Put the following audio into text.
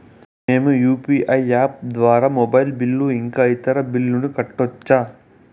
మేము UPI app ద్వారా mobile bill ఇంకా ఇతర బిల్లులను కట్టొచ్చు